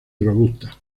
robustas